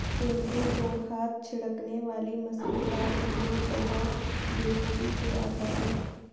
पिंटू को खाद छिड़कने वाली मशीन का उपयोग करना बेखूबी से आता है